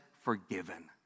forgiven